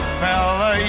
fella